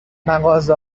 مغازه